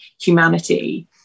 humanity